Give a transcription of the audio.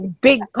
big